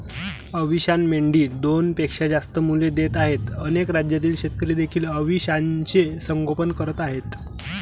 अविशान मेंढी दोनपेक्षा जास्त मुले देत आहे अनेक राज्यातील शेतकरी देखील अविशानचे संगोपन करत आहेत